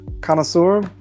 connoisseur